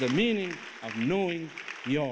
the meaning of knowing you